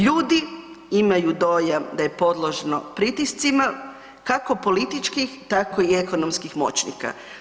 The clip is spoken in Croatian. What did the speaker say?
Ljudi imaju dojam da je podložno pritiscima, kako političkih, tako i ekonomskih moćnika.